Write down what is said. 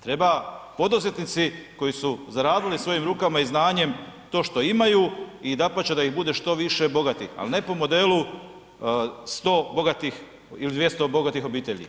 Treba poduzetnici koji su zaradili svojim rukama i znanjem to što imaju i dapače da ih bude što više bogatih ali ne po modelu 100 bogatih ili 200 bogatih obitelji.